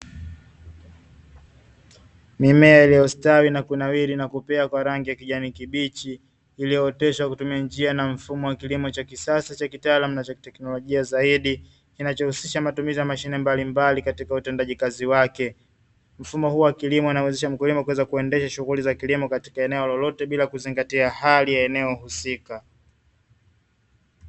Mimea iliyostawi na kunawiri na kupea kwa rangi ya kijani kibichi iliyooteshwa kwa kutumia njia na mfumo wa kilimo cha kisasa cha kitaalamu na cha kiteknolojia zaidi kinachohusisha matumizi ya mashine mbalimbali katika utendaji kazi wake. mfumo huu wa kilimo unamwezesha mkulima kuweza kuendesha shughuli za kilimo katika eneo lolote bila kuzingatia hali ya eneo husika.